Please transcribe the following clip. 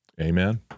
Amen